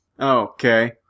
Okay